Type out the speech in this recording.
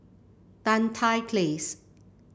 Tan Tye Place